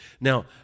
Now